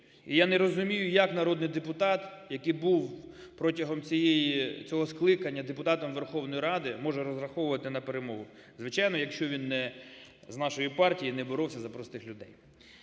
Я не розумію, як народний депутат, який був протягом цього скликання депутатом Верховної Ради, може розраховувати на перемогу, звичайно, якщо він не з нашої партії і не боровся за простих людей.